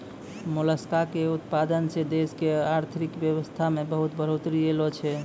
मोलसका के उतपादन सें देश के आरथिक बेवसथा में बहुत्ते बढ़ोतरी ऐलोॅ छै